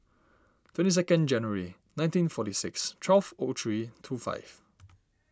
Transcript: twenty second January nineteen forty six twelve O three two five